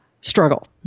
struggle